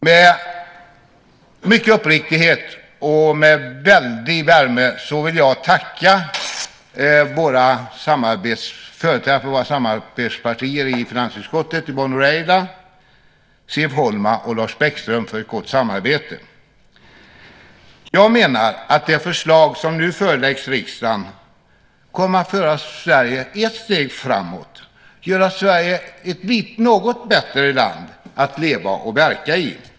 Med mycket uppriktighet och med en väldig värme vill jag tacka företrädarna för våra samarbetspartier i finansutskottet Yvonne Ruwaida, Siv Holma och Lars Bäckström för ett gott samarbete. Jag menar att det förslag som nu förelagts riksdagen kommer att föra Sverige ett steg framåt och göra Sverige till ett något bättre land att leva och verka i.